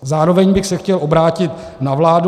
Zároveň bych se chtěl obrátit na vládu.